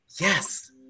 Yes